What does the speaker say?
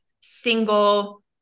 single